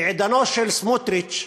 בעידנו של סמוּטריץ,